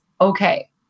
okay